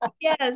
Yes